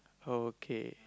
okay